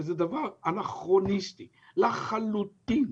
וזה דבר אנכרוניסטי לחלוטין.